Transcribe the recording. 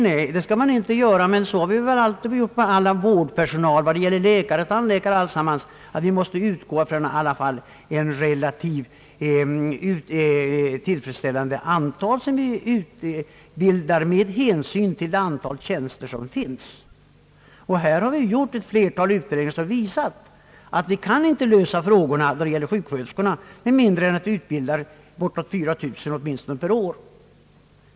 Nej, det bör man inte göra, men vi har väl alltid gjort på det sättet när det gäller all vårdpersonal, läkare och tandläkare att vi måst åstadkomma en utbildning som korresponderar med det antal tjänster som finns. Ett flertal utredningar har ju visat att vi inte kan lösa problemet med sjuksköterskebristen med mindre att vi utbildar åtminstone bortåt 4 000 sjuksköterskor per år.